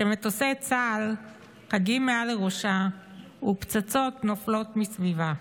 כשמטוסי צה"ל חגים מעל ראשה ופצצות נופלות מסביבה.